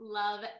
love